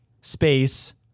space